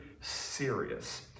serious